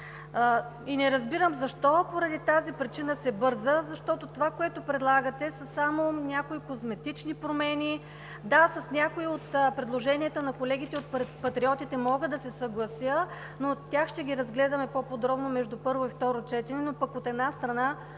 И не разбирам защо, поради тази причина, се бърза, защото това, което предлагате, са само някои козметични промени. Да, с някои от предложенията на колегите от Патриотите мога да се съглася, но тях ще ги разгледаме по-подробно между първо и второ четене, но пък, от една страна,